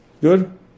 Good